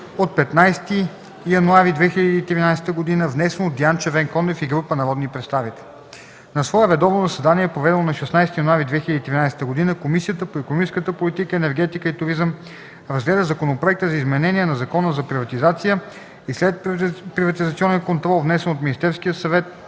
от 15 януари 2013 г., внесен от Диан Червенкондев и група народни представители На свое редовно заседание, проведено на 16 януари 2013 г., Комисията по икономическата политика, енергетиката и туризъм разгледа Законопроекта за изменение на Закона за приватизация и следприватизационен контрол, внесен от Министерския съвет,